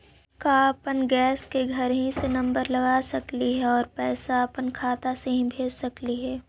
का अपन गैस के घरही से नम्बर लगा सकली हे और पैसा खाता से ही भेज सकली हे?